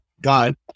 God